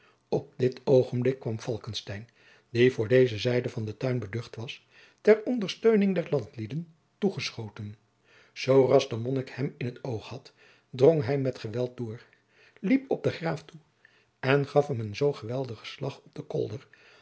op dit oogenblik kwam falckestein die voor deze zijde van den tuin beducht was ter ondersteuning der landlieden toegeschoten zooras de monnik hem in t oog had drong hij met geweld door liep op den graaf toe en gaf hem een zoo geweldigen slag op den kolder